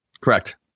Correct